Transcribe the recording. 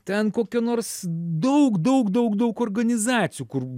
ten kokio nors daug daug daug daug organizacijų kur